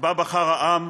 שבה בחר העם,